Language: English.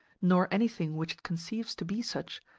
nor anything which it conceives to be such,